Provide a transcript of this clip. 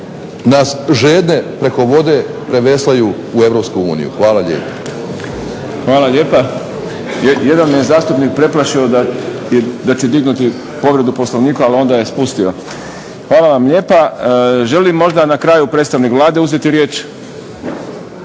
nas žedne preko vode preveslaju u EU. Hvala lijepo. **Šprem, Boris (SDP)** Hvala lijepa. Jedan me je zastupnik preplašio da će dignuti povredu Poslovnika ali onda je spustio. Hvala vam lijepa. Želi li možda na kraju predstavnik Vlade uzeti riječ?